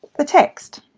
the text.